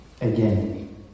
again